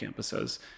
campuses